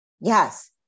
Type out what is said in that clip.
Yes